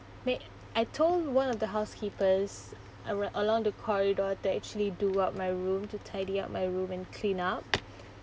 may I told one of the housekeepers aro~ along the corridor that actually do up my room to tidy up my room and clean up